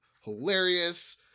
hilarious